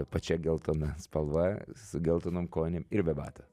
pačia geltona spalva su geltonom kojinėm ir be batų